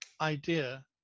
idea